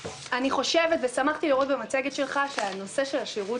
שמחתי לראות במצגת שלך שנושא השירות